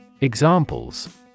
Examples